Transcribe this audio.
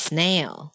Snail